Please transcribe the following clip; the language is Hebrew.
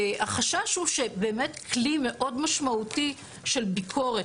והחשש הוא שבאמת כלי מאוד משמעותי של ביקורת,